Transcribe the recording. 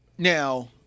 Now